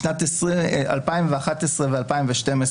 בשנים 2011 ו-2012,